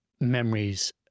memories